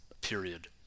period